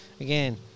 Again